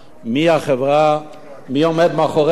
מי עומד מאחורי זה?